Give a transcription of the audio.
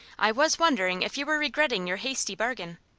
i was wondering if you were regretting your hasty bargain.